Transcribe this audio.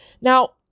Now